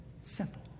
simple